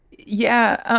yeah.